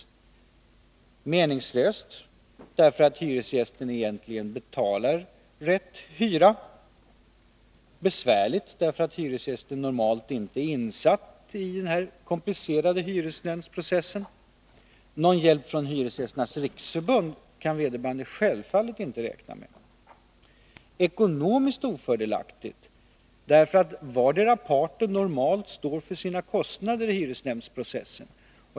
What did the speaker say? Det är meningslöst därför att hyresgästen egentligen betalar rätt hyra och besvärligt därför att hyresgästen normalt inte är insatt i hyresnämndsprocessen. Någon hjälp av Hyresgästernas riksförbund kan vederbörande självfallet inte räkna med. Ekonomiskt är det ofördelaktigt därför att vardera parten normalt står för sina kostnader i hyresnämndsprocessen.